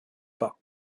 pas